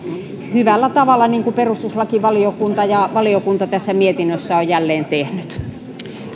hyvällä tavalla niin kuin perustuslakivaliokunta ja valiokunta tässä mietinnössä on jälleen tehnyt